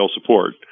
support